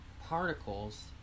particles